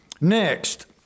Next